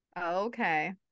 okay